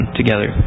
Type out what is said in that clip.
together